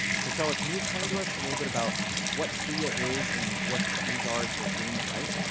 so so like can you explain to us a little bit about what suya is and what the keys are to doing it right?